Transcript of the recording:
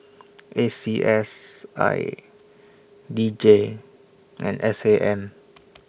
A C S I D J and S A M